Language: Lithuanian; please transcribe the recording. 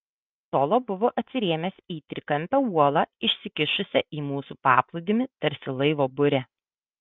solo buvo atsirėmęs į trikampę uolą išsikišusią į mūsų paplūdimį tarsi laivo burė